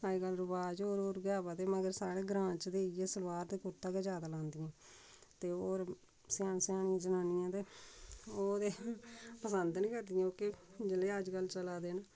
अज्जकल रवाज होर होर गै आवा दे मगर साढे ग्रांऽ च ते इ'यै सलवार ते कुर्ता गै ज्यादा लांदियां ते होर स्यानी स्यानी जनानियां ते ओह् ते पंसद नी करदियां ओह्के जेह्ड़े अज्जकल चला दे न